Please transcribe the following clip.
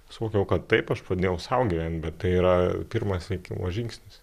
suvokiau kad taip aš pradėjau sau gyvent bet tai yra pirmas sveikimo žingsnis